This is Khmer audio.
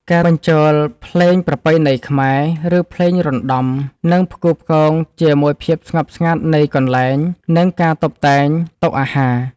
ការបញ្ចូលភ្លេងប្រពៃណីខ្មែរ ឬភ្លេងរណ្ដំនឹងផ្គូផ្គងជាមួយភាពស្ងប់ស្ងាត់នៃកន្លែង និងការតុបតែងតុអាហារ។